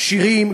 כשירים,